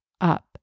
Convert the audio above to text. up